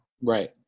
Right